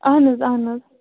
اَہَن حظ اَہَن حظ